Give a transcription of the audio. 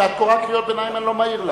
כשאת קוראת קריאות ביניים אני לא מעיר לך,